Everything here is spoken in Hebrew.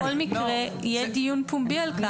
אבל בכל מקרה יהיה דיון פומבי על כך.